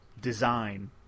design